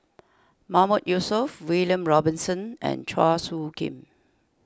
Mahmood Yusof William Robinson and Chua Soo Khim